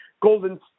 Golden –